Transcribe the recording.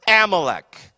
Amalek